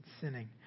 sinning